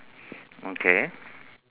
okay